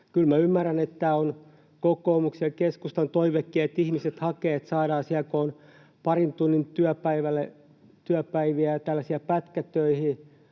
minä ymmärrän, että tämä on kokoomuksen ja keskustan toivekin, että ihmiset hakevat, että saadaan, kun on parin tunnin työpäiviä ja tällaisia,